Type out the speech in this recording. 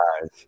guys